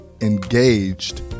engaged